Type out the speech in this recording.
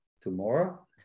tomorrow